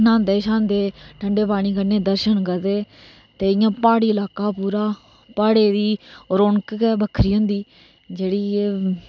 न्हौंदे शौंह्दे फिर दर्शन करदे ते इयां प्हाडी इलाका पूरा प्हाडे़ दी रौनक गै बक्खरी होंदी जेहड़ी ऐ